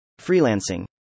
Freelancing